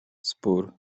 spór